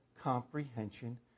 comprehension